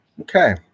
Okay